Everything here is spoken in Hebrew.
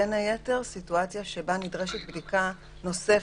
בין היתר סיטואציה שבה נדרשת בדיקה נוספת.